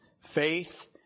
faith